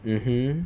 mmhmm